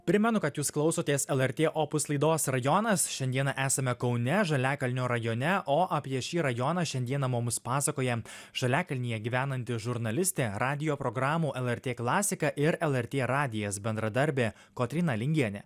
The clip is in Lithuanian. primenu kad jūs klausotės lrt opus laidos rajonas šiandieną esame kaune žaliakalnio rajone o apie šį rajoną šiandieną mums pasakoja žaliakalnyje gyvenanti žurnalistė radijo programų lrt klasika ir lrt radijas bendradarbė kotryna lingienė